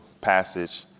passage